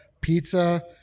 Pizza